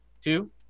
Two